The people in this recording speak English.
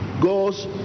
goes